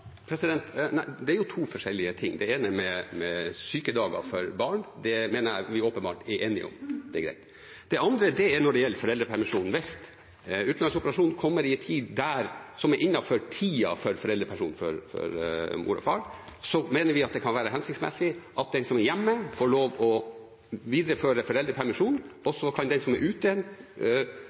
to forskjellige ting. Det ene handler om sykedager for barn. Det mener jeg vi åpenbart er enige om, så det er greit. Det andre gjelder foreldrepermisjon. Hvis en utenlandsoperasjon kommer på et tidspunkt som er innenfor tiden for foreldrepermisjonen for mor eller far, mener vi at det kan være hensiktsmessig at den som er hjemme, får lov til å videreføre foreldrepermisjonen. Så kan den som er